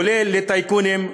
כולל לטייקונים,